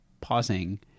pausing